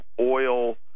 oil